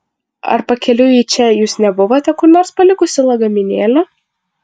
ar pakeliui į čia jūs nebuvote kur nors palikusi lagaminėlio